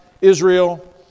Israel